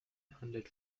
handelt